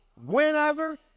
whenever